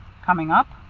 coming up?